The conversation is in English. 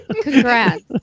Congrats